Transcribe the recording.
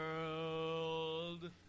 world